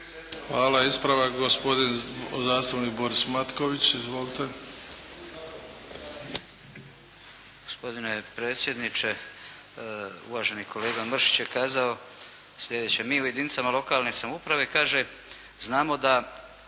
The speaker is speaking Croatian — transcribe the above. Hvala. Ispravak gospodin zastupnik Boris Matković. Izvolite. **Matković, Borislav (HDZ)** Gospodine predsjedniče, uvaženi kolega Mršić je kazao sljedeće. Mi u jedinicama lokalne samouprave kaže znao da